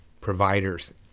providers